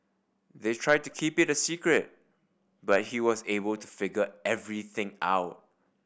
they tried to keep it a secret but he was able to figure everything out